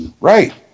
Right